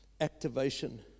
activation